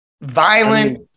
violent